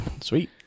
Sweet